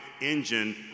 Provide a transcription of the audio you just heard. engine